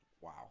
Wow